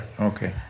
Okay